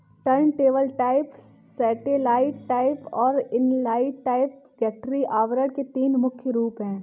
turntable type, satellite type और inline type गठरी आवरण के तीन मुख्य रूप है